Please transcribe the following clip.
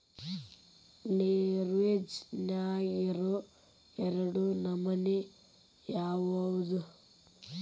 ಲಿವ್ರೆಜ್ ನ್ಯಾಗಿರೊ ಎರಡ್ ನಮನಿ ಯಾವ್ಯಾವ್ದ್?